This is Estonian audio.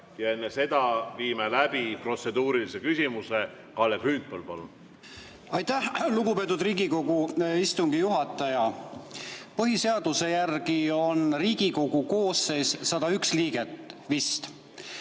Enne seda protseduuriline küsimus. Kalle Grünthal, palun! Aitäh, lugupeetud Riigikogu istungi juhataja! Põhiseaduse järgi on Riigikogu koosseis 101 liiget. Vist.